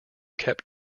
kept